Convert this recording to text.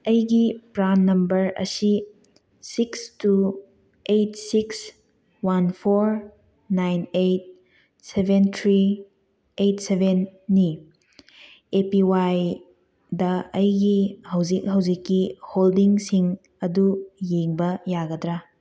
ꯑꯩꯒꯤ PRAN number ꯑꯁꯤ six two eight six one four nine eight seven three eight ꯁꯕꯦꯟꯅꯤ A P ꯋꯥꯏꯗ ꯑꯩꯒꯤ ꯍꯧꯖꯤꯛ ꯍꯧꯖꯤꯛꯀꯤ ꯍꯣꯜꯗꯤꯡꯁꯤꯡ ꯑꯗꯨ ꯌꯦꯡꯕ ꯌꯥꯒꯗ꯭ꯔ